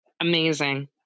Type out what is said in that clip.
Amazing